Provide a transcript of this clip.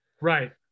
Right